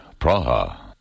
Praha